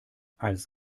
als